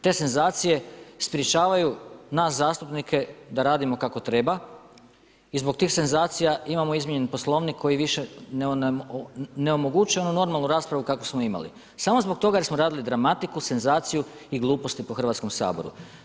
Te senzacije sprečavaju nas zastupnike da radimo kako treba i zbog tih senzacija imamo izmijenjen Poslovnik koji više ne omogućuje onu normalnu raspravu kakvu smo imali, samo zbog toga jer smo radili dramatiku, senzaciju i gluposti po Hrvatskom saboru.